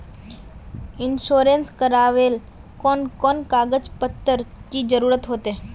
Insurance करावेल कोन कोन कागज पत्र की जरूरत होते?